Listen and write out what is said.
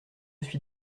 suis